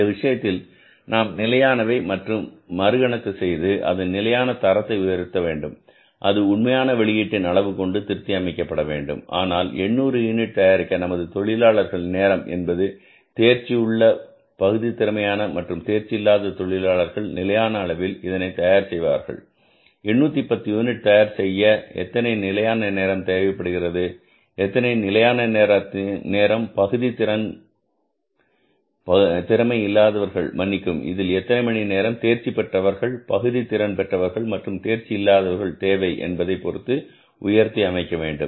இந்த விஷயத்தில் நாம் நிலையானவை மறு கணக்கு செய்து அதன் நிலையான தரத்தை உயர்த்த வேண்டும் அது உண்மையான வெளியீட்டின் அளவு கொண்டு திருத்தி அமைக்கப்பட வேண்டும் அதனால் 800 யுனிட் தயாரிக்க நமது தொழிலாளர்கள் நேரம் என்பது தேர்ச்சி உள்ள பகுதி திறமையான மற்றும் தேர்ச்சி இல்லாத தொழிலாளர்கள் நிலையான அளவில் இதனை தயார் செய்வார்கள் 810 யூனிட் தயார் செய்ய எத்தனை நிலையான நேரம் தேவைப்படுகிறது எத்தனை நிலையான நேரம் பகுதி திறன் திறமை இல்லாதவர்கள் மன்னிக்கவும் இதில் எத்தனை மணி நேரம் தேர்ச்சி பெற்றவர்கள் பகுதி திறன் பெற்றவர்கள் மற்றும் தேர்ச்சி இல்லாதவர்கள் தேவை என்பதைப் பொருத்து உயர்த்தி அமைக்க வேண்டும்